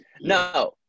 No